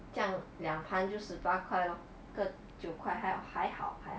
这样两盘就十八块 lor 一个九块还有还好还好